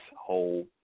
whole